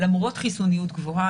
למרות חיסוניות גבוהה,